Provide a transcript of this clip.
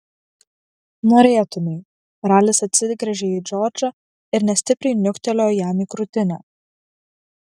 norėtumei ralis atsigręžė į džordžą ir nestipriai niuktelėjo jam į krūtinę